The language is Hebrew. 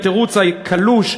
התירוץ הקלוש,